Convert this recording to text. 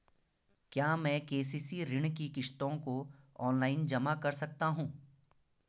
क्या मैं के.सी.सी ऋण की किश्तों को ऑनलाइन जमा कर सकता हूँ?